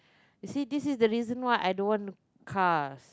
you see this is the reason why I don't want the car